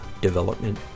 development